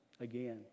again